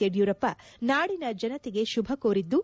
ಯಡಿಯೂರಪ್ಪ ನಾಡಿನ ಜನತೆಗೆ ಶುಭ ಕೋರಿದ್ದು